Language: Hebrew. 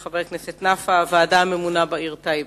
של חבר הכנסת נפאע: הוועדה הממונה בטייבה.